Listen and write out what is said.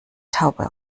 taube